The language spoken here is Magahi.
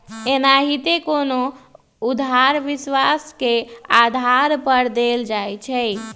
एनाहिते कोनो उधार विश्वास के आधार पर देल जाइ छइ